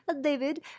David